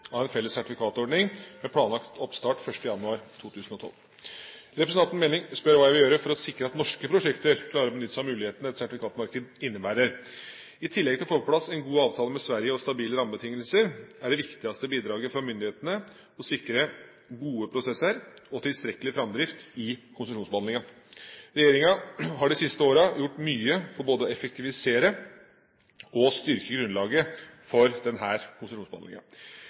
av en felles sertifikatordning med planlagt oppstart 1. januar 2012. Representanten Meling spør hva jeg vil gjøre for å sikre at norske prosjekter klarer å benytte seg av muligheten et sertifikatmarked innebærer. I tillegg til å få på plass en god avtale med Sverige og stabile rammebetingelser er det viktigste bidraget fra myndighetene å sikre gode prosesser og tilstrekkelig framdrift i konsesjonsbehandlingen. Regjeringa har de siste årene gjort mye for både å effektivisere og styrke grunnlaget for